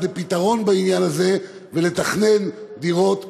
לפתרון בעניין הזה ולתכנון דירות ושכונות,